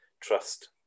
trust